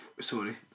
Sorry